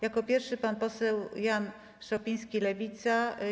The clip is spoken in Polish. Jako pierwszy pan poseł Jan Szopiński, Lewica.